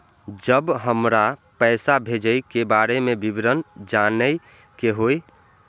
जब हमरा पैसा भेजय के बारे में विवरण जानय के होय?